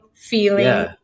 feeling